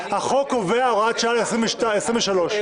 החוק קובע הוראת שעה לכנסת העשרים ושלוש.